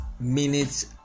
minutes